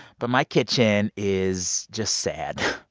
but my kitchen is just sad.